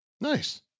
Nice